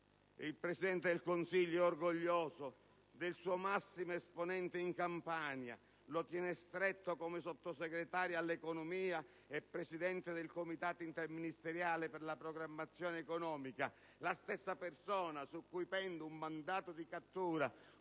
Il Presidente del Consiglio è orgoglioso del suo massimo esponente in Campania, lo tiene stretto come Sottosegretario all'economia e presidente del Comitato interministeriale per la programmazione economica; la stessa persona su cui pende un mandato di cattura